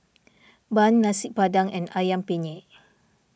Bun Nasi Padang and Ayam Penyet